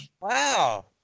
wow